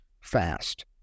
fast